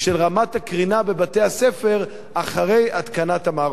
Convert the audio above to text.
הקרינה בבתי-הספר אחרי התקנת המערכות הללו?